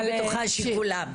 אני בטוחה שכולם.